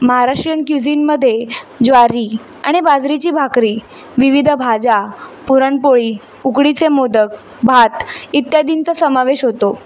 महाराष्ट्रीयन क्युझिनमध्ये ज्वारी आणि बाजरीची भाकरी विविध भाज्या पुरणपोळी उकडीचे मोदक भात इत्यादींचा समावेश होतो